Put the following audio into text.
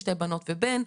שתי בנות ובן.